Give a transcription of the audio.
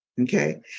Okay